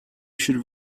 should